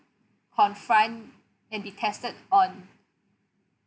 confront and be tested on